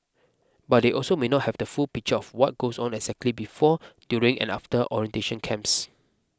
but they also may not have the full picture of what goes on exactly before during and after orientation camps